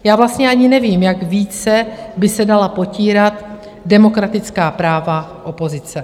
Já vlastně ani nevím, jak více by se dala potírat demokratická práva opozice.